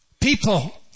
people